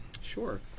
Sure